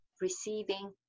receiving